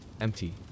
Empty